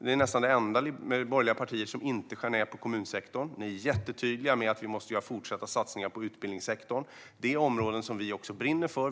Ni är nästan det enda borgerliga parti som inte skär ned på kommunsektorn. Ni är jättetydliga med att vi även i fortsättningen måste satsa på utbildningssektorn. Det här är områden som också vi brinner för.